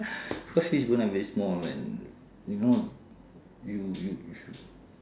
cause fish bone are very small [one] you know you you should